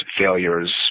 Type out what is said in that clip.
failures